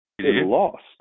lost